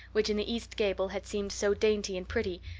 which, in the east gable, had seemed so dainty and pretty,